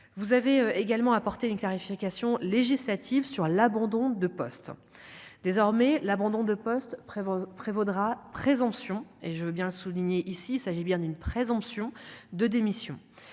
vous avez également apporter une clarification législative sur l'abandon de poste désormais l'abandon de poste prévaut prévaudra présomption et je veux bien souligner ici, il s'agit bien d'une présomption de démission,